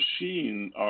machine